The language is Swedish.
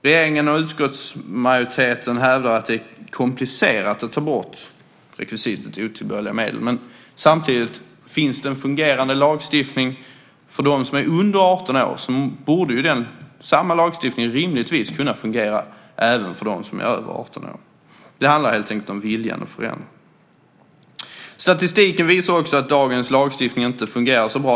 Regeringen och utskottsmajoriteten hävdar att det är komplicerat att ta bort rekvisitet otillbörliga medel, men samtidigt: Finns det en fungerande lagstiftning för dem som är under 18 år så borde ju samma lagstiftning rimligtvis kunna fungera även för dem som är över 18 år. Det handlar helt enkelt om viljan att förändra. Statistiken visar också att dagens lagstiftning inte fungerar så bra.